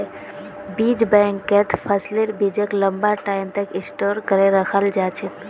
बीज बैंकत फसलेर बीजक लंबा टाइम तक स्टोर करे रखाल जा छेक